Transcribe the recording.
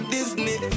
Disney